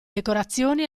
decorazioni